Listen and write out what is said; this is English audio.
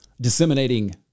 disseminating